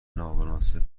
نامناسب